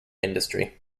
industry